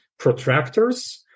protractors